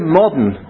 modern